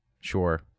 Sure